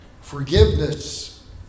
Forgiveness